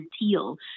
teal